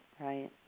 right